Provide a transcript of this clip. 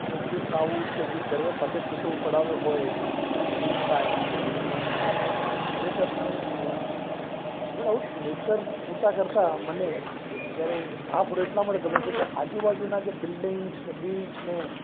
અને જે પ્રાઉડ કે જે ગર્વ સાથે ફોટો પડાવ્યો હોય એવું ફીલ થાય અને ખરેખર તમે નો ડાઉટ નેચર ફોટા કરતાં મને જયારે આ ફોટો એટલાં માટે ગમે છે કે આજુબાજુનાં જે બિલ્ડિંગ્સ અને બીચ અને